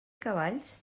cavalls